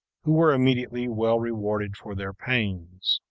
who were immediately well rewarded for their pains.